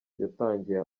yatangiye